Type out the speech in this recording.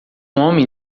homem